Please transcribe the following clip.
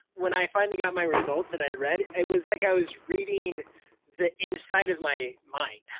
when i finally got my results and i read, it was like i was reading the inside of my mind.